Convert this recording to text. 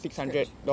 scratch